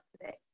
today